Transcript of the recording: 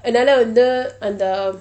என்னாலே வந்து அந்த:ennalei vanthu antha